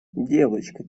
девочка